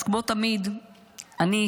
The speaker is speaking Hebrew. אז כמו תמיד אני,